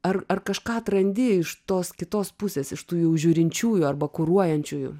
ar ar kažką atrandi iš tos kitos pusės iš tų jau žiūrinčiųjų arba kuruojančiųjų